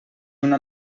una